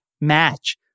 match